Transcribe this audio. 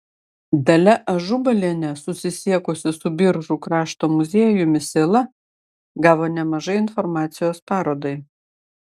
dalia ažubalienė susisiekusi su biržų krašto muziejumi sėla gavo nemažai informacijos parodai